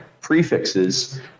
prefixes